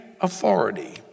authority